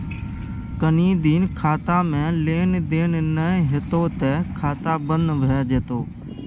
कनी दिन खातामे लेन देन नै हेतौ त खाता बन्न भए जेतौ